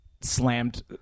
slammed